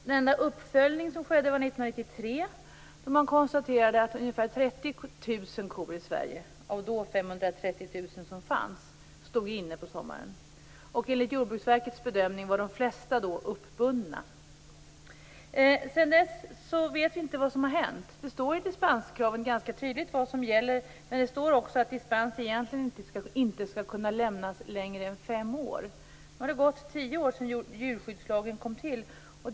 Den enda uppföljning som skedde ägde rum 1993, då man konstaterade att ungefär 30 000 kor i Sverige, av då Sedan dess vet vi inte vad som har hänt. Det står i dispenskraven ganska tydligt vad som gäller, men det står också att dispens egentligen inte skall kunna lämnas för längre tid än fem år. Nu har det gått tio år sedan djurskyddslagen infördes.